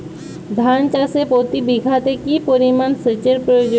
ধান চাষে প্রতি বিঘাতে কি পরিমান সেচের প্রয়োজন?